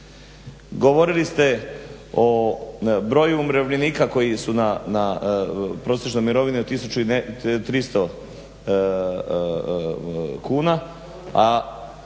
Govorili ste o broju umirovljenika koji su na prosječnoj mirovini od 1300 kuna,